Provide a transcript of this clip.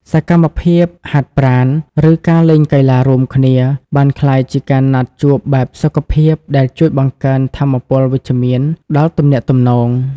សកម្មភាពហាត់ប្រាណ ឬការលេងកីឡារួមគ្នា បានក្លាយជាការណាត់ជួបបែបសុខភាពដែលជួយបង្កើនថាមពលវិជ្ជមានដល់ទំនាក់ទំនង។